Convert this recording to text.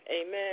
Amen